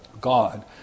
God